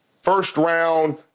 first-round